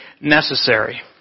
necessary